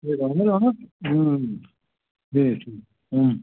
ہَے اَہَن حظ اَہَن حظ ٹھیٖک